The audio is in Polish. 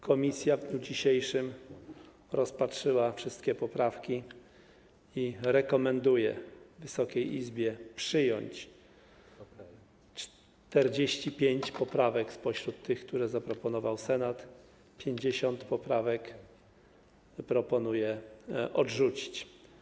Komisja w dniu dzisiejszym rozpatrzyła wszystkie poprawki i rekomenduje Wysokiej Izbie przyjęcie 45 poprawek spośród tych, które zaproponował Senat, a 50 poprawek proponuje odrzucić.